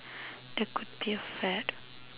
that could be a fad